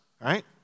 right